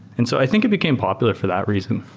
and so i think it became popular for that reason.